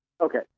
Okay